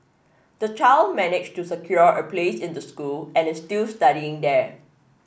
the child managed to secure a place in the school and is still studying there